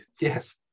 yes